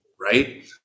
right